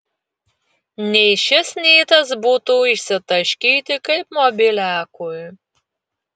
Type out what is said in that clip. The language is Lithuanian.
nei šis nei tas būtų išsitaškyti kaip mobiliakui